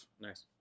Nice